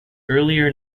earlier